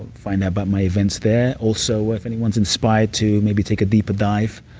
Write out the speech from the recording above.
find out about my events there also, if anyone's inspired to maybe take a deeper dive,